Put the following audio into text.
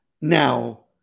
Now